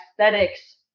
aesthetics